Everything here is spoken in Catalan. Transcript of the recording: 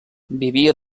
vivia